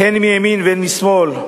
הן מימין והן משמאל,